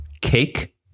Cake